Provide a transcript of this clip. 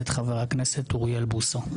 חבר הכנסת אוריאל בוסו.